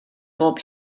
bob